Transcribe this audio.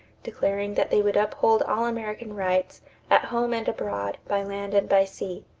declaring that they would uphold all american rights at home and abroad, by land and by sea.